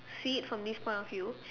see it from this point of view